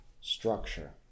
structure